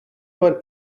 for